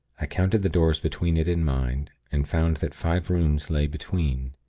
i counted the doors between it and mine, and found that five rooms lay between.